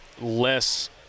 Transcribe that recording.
less